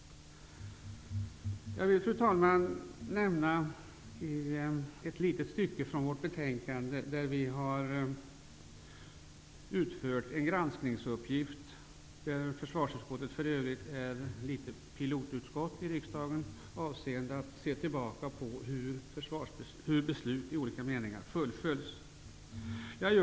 Jag vill, fru talman, också återge ett litet stycke från utskottets betänkande. Försvarsutskottet har som något av ett pilotutskott genomfört en granskning av hur beslut i olika avseenden har fullföljts.